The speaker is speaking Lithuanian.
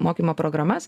mokymo programas